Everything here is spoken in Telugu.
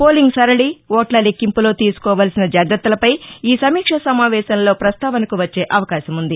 పోలింగ్ సరళి ఓట్ల లెక్కింపులో తీసుకోవలసిన జాగ్రత్తలపై ఈ సమీక్షాసమావేశంలో పస్తావనకు వచ్చే అవకాశముంది